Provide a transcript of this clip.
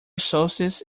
solstice